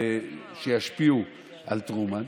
שישפיעו על טרומן,